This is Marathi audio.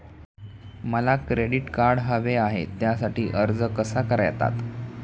मला क्रेडिट कार्ड हवे आहे त्यासाठी अर्ज कसा करतात?